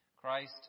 Christ